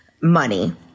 money